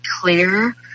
clear